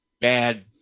bad